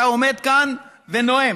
אתה עומד כאן ונואם,